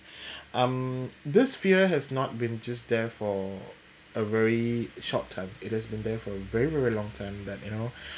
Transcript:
um this fear has not been just there for a very short time it has been there for very very very long time that you know